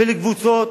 ולקבוצות,